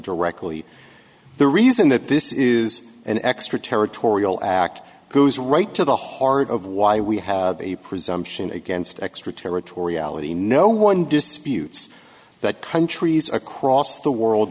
directly the reason that this is an extraterritorial act goes right to the heart of why we have a presumption against extraterritoriality no one disputes that countries across the world